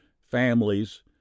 families